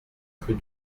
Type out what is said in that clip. rue